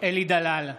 אלי דלל,